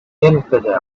infidels